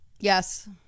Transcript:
Yes